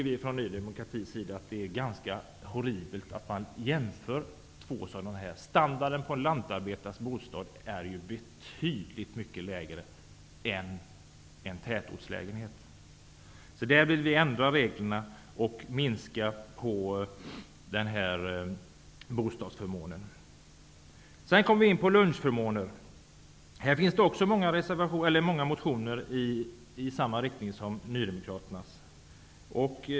Vi från Ny demokrati tycker att det är horribelt att jämföra två sådana bostäder. Standarden på en lantarbetares bostad är betydligt mycket lägre än standarden på en tätortslägenhet. Vi vill därför ändra reglerna och minska den här bostadsförmånen. Sedan kommer jag in på lunchförmåner. Här finns många motioner i samma riktning som Nydemokraternas.